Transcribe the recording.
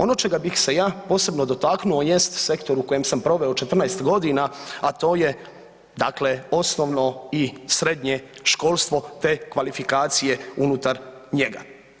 Ono čega bih se ja posebno dotaknuo jest sektor u kojem sam proveo 14 godina, a to je dakle osnovno i srednje školstvo te kvalifikacije unutar njega.